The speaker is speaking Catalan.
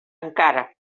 encara